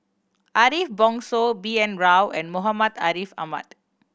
Ariff Bongso B N Rao and Muhammad Ariff Ahmad